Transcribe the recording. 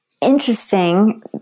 interesting